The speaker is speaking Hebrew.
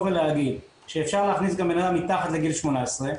ולהגיד שאפשר להכניס גם בנאדם פחות מגיל 18,